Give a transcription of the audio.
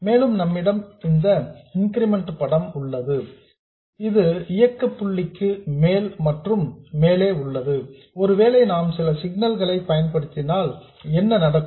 மேலும் நம்மிடம் இந்த இன்கிரிமெண்ட் படம் உள்ளது இது இயக்க புள்ளிக்கு மேல் மற்றும் மேலே உள்ளது ஒருவேளை நாம் சில சிக்னல் களை பயன்படுத்தினால் என்ன நடக்கும்